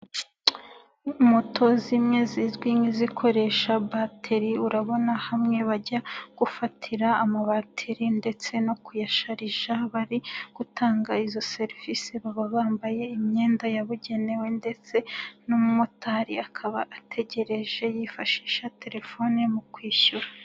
Moto zimwe zizwi nk'izikoresha bateri, urabona hamwe bajya gufatira amabateri ndetse no kuyasharisha bari gutanga izo serivisi baba bambaye imyenda yabugenewe ndetse n'umumotari akaba ategereje, yifashisha telefoni mu kwishyura.